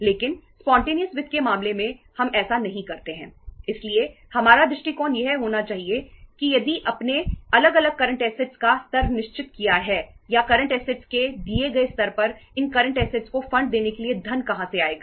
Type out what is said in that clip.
लेकिन स्पॉन्टेनियस पक्ष पर आ गए हैं